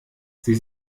sie